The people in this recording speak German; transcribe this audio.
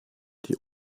die